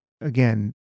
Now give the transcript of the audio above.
Again